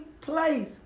place